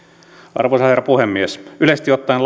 arvoisa herra puhemies yleisesti ottaen